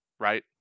right